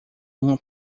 uma